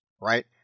right